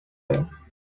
rare